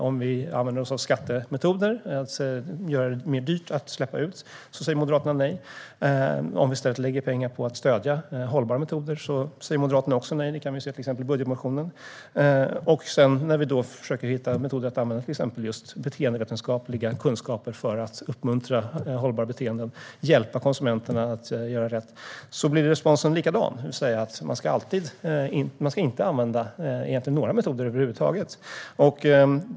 Om vi använder oss av skattemetoder, alltså att göra det dyrare att släppa ut saker, säger Moderaterna nej. Om vi i stället lägger pengar på att stödja hållbara metoder säger Moderaterna också nej. Det kan vi se till exempel i budgetmotionen. När vi försöker hitta metoder att använda exempelvis beteendevetenskapliga kunskaper för att uppmuntra hållbara beteenden och hjälpa konsumenterna att göra rätt blir responsen likadan. Ni menar alltså att man egentligen inte ska använda några metoder över huvud taget.